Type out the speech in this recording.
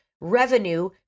revenue